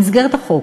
במסגרת החוק,